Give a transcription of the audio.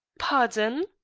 pardon!